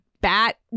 bat